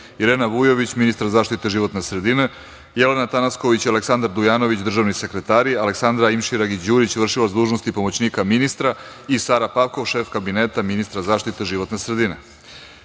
Irena Vujović, ministar zaštite životne sredine; Jelena Tanasković i Aleksandar Dujanović, državni sekretari; Aleksandra Imširagić Đurić, vršilac dužnosti pomoćnika ministra i Sara Pavkov, šef Kabineta ministra zaštite životne sredine. Primili